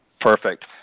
Perfect